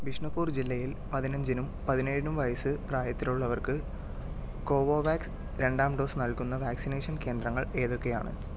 ബിഷ്ണുപൂർ ജില്ലയിൽ പതിനഞ്ചിനും പതിനേഴിനും വയസ്സ് പ്രായത്തിലുള്ളവർക്ക് കോവോവാക്സ് രണ്ടാം ഡോസ് നൽകുന്ന വാക്സിനേഷൻ കേന്ദ്രങ്ങൾ ഏതൊക്കെയാണ്